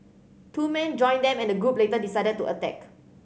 two men joined them and the group later decided to attack